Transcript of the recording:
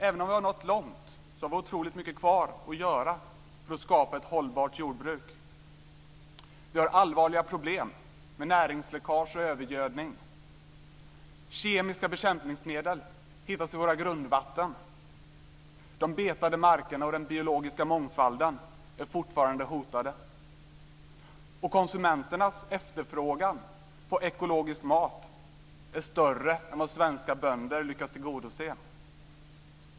Även om vi nått långt har vi otroligt mycket kvar att göra för att skapa ett hållbart jordbruk. Vi har allvarliga problem med näringsläckage och övergödning. Kemiska bekämpningsmedel hittas i våra grundvatten. De betade markerna och den biologiska mångfalden är fortfarande hotade. Konsumenternas efterfrågan på ekologisk mat är större än vad svenska bönder lyckas tillgodose.